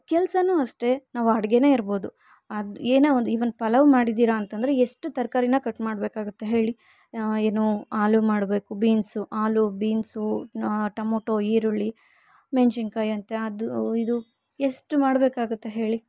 ಕೆಲ್ಸ ಅಷ್ಟೇ ನಾವು ಅಡ್ಗೆ ಇರ್ಬೊದು ಅದು ಏನೇ ಒಂದು ಇವನ್ ಪಲಾವ್ ಮಾಡಿದೀರಾ ಅಂತಂದರೆ ಎಷ್ಟು ತರ್ಕಾರಿ ಕಟ್ ಮಾಡಬೇಕಾಗತ್ತೆ ಹೇಳಿ ಏನೂ ಆಲು ಮಾಡಬೇಕು ಬೀನ್ಸು ಆಲು ಬೀನ್ಸೂ ಟಮೋಟೋ ಈರುಳ್ಳಿ ಮೆಣಸಿನ್ಕಾಯಿ ಅಂತೆ ಅದು ಇದು ಎಷ್ಟು ಮಾಡಬೇಕಾಗತ್ತೆ ಹೇಳಿ